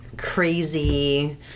crazy